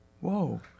whoa